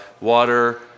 water